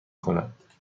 کند